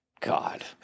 God